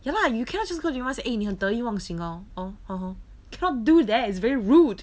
ya lah you cannot just go to anyone and say eh 你很得意忘形 oh oh hor hor cannot do there is very rude